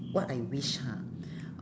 what I wish ha